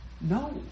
No